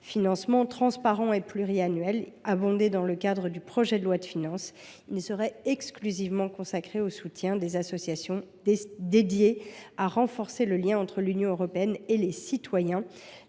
financement transparent et pluriannuel, abondé dans le cadre du projet de loi de finances, serait exclusivement consacré au soutien des associations s’employant à renforcer le lien entre l’Union européenne et les citoyens.